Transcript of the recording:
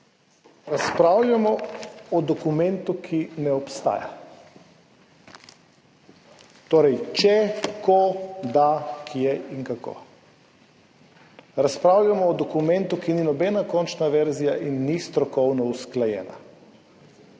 Razpravljamo o dokumentu, ki ne obstaja. Torej, če, ko, da, kje in kako. Razpravljamo o dokumentu, ki ni nobena končna verzija in ni strokovno usklajen.